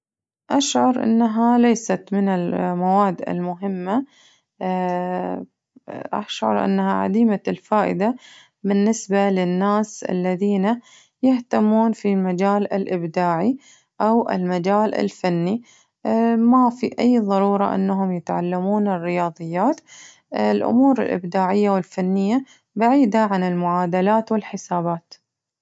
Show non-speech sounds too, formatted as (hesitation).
أشعر إنها ليست من المواد المهمة (hesitation) أشعر إنها عديمة الفائدة بالنسبة للناس الذين يهتمون في المجال الإبداعي أو المجال الفني (hesitation) ما في أي ضرورة إنهم يتعلمون الرياضيات (hesitation) الأمور الإبداعية والفنية بعيدة عن المعادلات والحسابات.